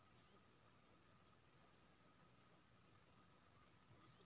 किछ देश मे एन.इ.एफ.टी मुख्य रुपेँ लागु कएल जा चुकल छै